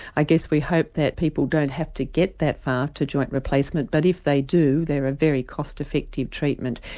i guess we hope that people don't have to get that far to joint replacement, but if they do they are a very cost effective treatment.